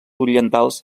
orientals